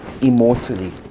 immortally